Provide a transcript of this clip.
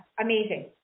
amazing